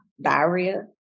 diarrhea